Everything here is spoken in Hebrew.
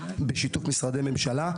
בשיתוף משרדי ממשלה.